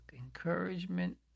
Encouragement